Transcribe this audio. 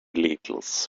littles